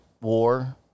War